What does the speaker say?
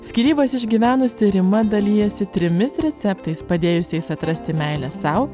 skyrybas išgyvenusi rima dalijasi trimis receptais padėjusiais atrasti meilę sau